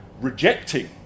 rejecting